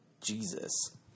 Jesus